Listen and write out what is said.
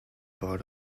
part